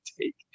take